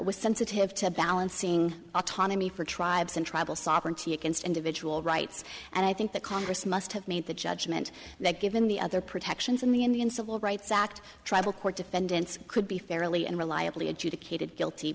was sensitive to balancing autonomy for tribes and tribal sovereignty against individual rights and i think the congress must have made the judgment that given the other protections in the indian civil rights act tribal court defendants could be fairly and reliably adjudicated guilty